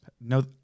no